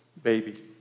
Baby